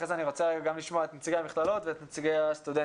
לאחר מכן אני רוצה לשמוע גם את נציגי המכללות ואת נציגי הסטודנטים.